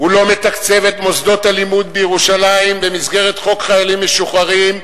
הוא לא מתקצב את מוסדות הלימוד בירושלים במסגרת חוק חיילים משוחררים,